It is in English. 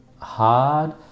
hard